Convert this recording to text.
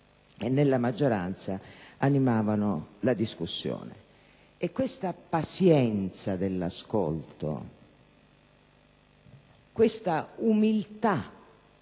e nella maggioranza animavano la discussione. E questa pazienza dell'ascolto, questa umiltà